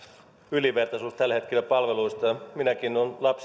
ylivertaisuus tällä hetkellä palveluissa minäkin olen neljän lapsen osalta niitä käyttänyt ja